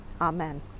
Amen